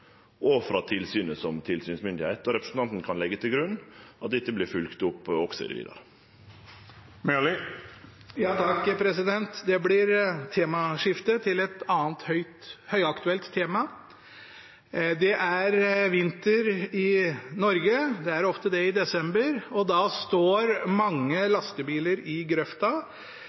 både frå oss som regulator og frå tilsynet som tilsynsmyndigheit. Og representanten kan leggje til grunn at dette vert følgt opp også vidare. Det blir skifte til et annet høyaktuelt tema. Det er vinter i Norge, det er ofte det i desember, og da står mange lastebiler i grøfta,